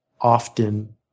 often